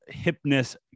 hipness